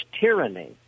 tyranny